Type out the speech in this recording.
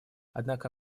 однако